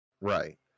right